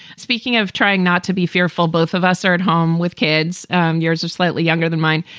speaking of trying not to be fearful, both of us are at home with kids, and years of slightly younger than mine.